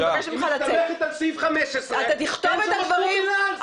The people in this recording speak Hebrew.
אני מבקשת שתתנצל בפניה קודם כל.